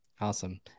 Awesome